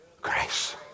grace